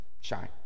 shine